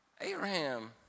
Abraham